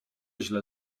źle